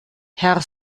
herr